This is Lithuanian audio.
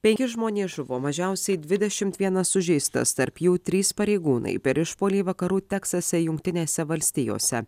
penki žmonės žuvo mažiausiai dvidešimt vienas sužeistas tarp jų trys pareigūnai per išpuolį vakarų teksase jungtinėse valstijose